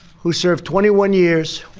who served twenty one years.